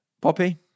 Poppy